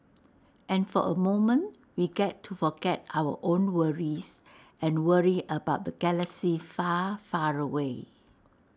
and for A moment we get to forget our own worries and worry about the galaxy far far away